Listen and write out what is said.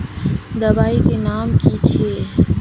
दबाई के नाम की छिए?